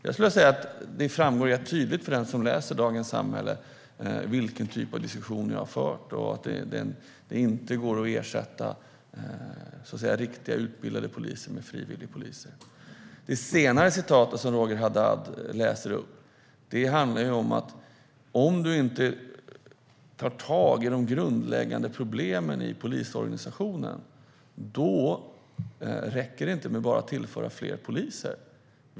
Jag skulle vilja säga att det framgår rätt tydligt för den som läser Dagens Samhälle vilken typ av diskussion jag har fört och att det inte går att ersätta riktiga, utbildade poliser med frivilligpoliser. Det senare citatet Roger Haddad läser upp handlar om att det inte räcker att bara tillföra fler poliser om man inte tar tag i de grundläggande problemen i polisorganisationen.